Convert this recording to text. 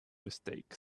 mistakes